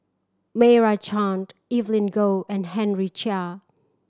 Meira Chand Evelyn Goh and Henry Chia